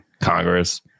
Congress